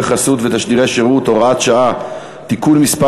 חסות ותשדירי שירות) (הוראת שעה) (תיקון מס'